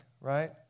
right